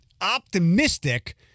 optimistic